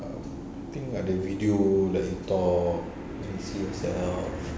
err I think ada video let him talk then he see himself